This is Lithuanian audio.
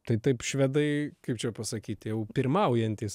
tai taip švedai kaip čia pasakyt jau pirmaujantys